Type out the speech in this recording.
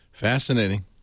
Fascinating